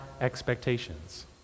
expectations